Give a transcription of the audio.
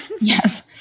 Yes